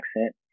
accent